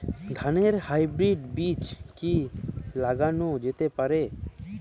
ধানের হাইব্রীড বীজ কি লাগানো যেতে পারে?